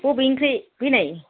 बबेनिफ्राय फैनाय